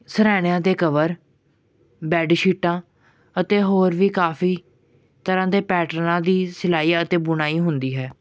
ਸਿਰਾਣਿਆਂ ਦੇ ਕਵਰ ਬੈਡਸ਼ੀਟਾਂ ਅਤੇ ਹੋਰ ਵੀ ਕਾਫ਼ੀ ਤਰ੍ਹਾਂ ਦੇ ਪੈਟਰਨਾਂ ਦੀ ਸਿਲਾਈ ਅਤੇ ਬੁਣਾਈ ਹੁੰਦੀ ਹੈ